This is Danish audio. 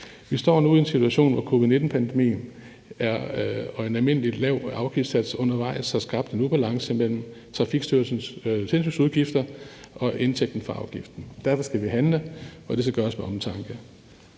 Vi står nu i en situation, hvor covid-19-pandemien og en almindeligt lav afgiftssats undervejs har skabt en ubalance mellem Trafikstyrelsens tilsynsudgifter og indtægten fra afgiften. Derfor skal vi handle, og det skal gøres med omtanke.